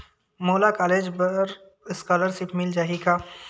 मोला कॉलेज बर स्कालर्शिप मिल जाही का?